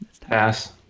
Pass